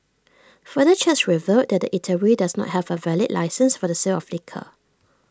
further checks revealed that the eatery does not have A valid licence for the sale of liquor